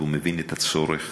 והוא מבין את הצורך.